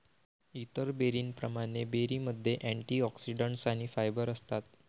इतर बेरींप्रमाणे, बेरीमध्ये अँटिऑक्सिडंट्स आणि फायबर असतात